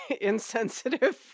insensitive